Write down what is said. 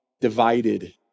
divided